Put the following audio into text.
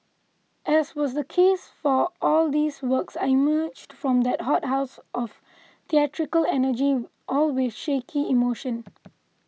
as was the case for all these works I emerged from that hothouse of theatrical energy all with shaky emotion